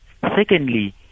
secondly